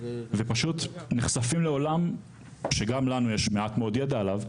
ופשוט נחשפים לעולם שגם לנו יש מעט מאוד ידע עליו,